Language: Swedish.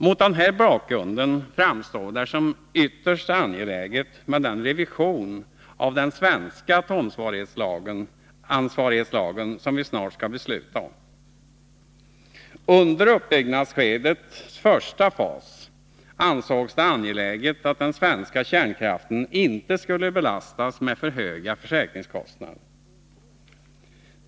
Mot den här bakgrunden framstår det som ytterst angeläget med den revision av den svenska atomansvarighetslagen som vi snart skall besluta om. Under uppbyggnadsskedets första fas ansågs det angeläget att den svenska kärnkraften inte skulle belastas med för höga försäkringskostnader.